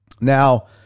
Now